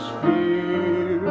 fear